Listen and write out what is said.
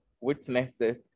witnesses